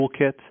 toolkit